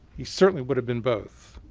he certainly would have been both.